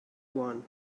one